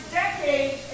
decades